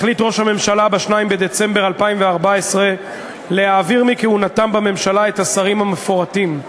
החליט ראש הממשלה ב-2 בדצמבר 2014 להעביר מכהונתם בממשלה את השרים האלה: